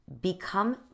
become